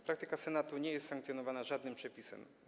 Praktyka Senatu nie jest sankcjonowana żadnym przepisem.